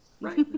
Right